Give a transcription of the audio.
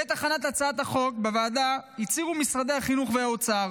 בעת הכנת הצעת החוק בוועדה הצהירו משרד החינוך ומשרד האוצר